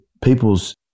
people's